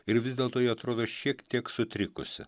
ir vis dėlto ji atrodo šiek tiek sutrikusi